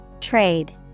Trade